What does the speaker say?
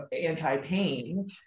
anti-pain